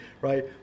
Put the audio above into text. right